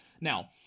Now